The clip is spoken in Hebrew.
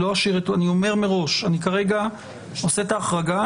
אני אומר מראש, אני כרגע עושה את החרגה.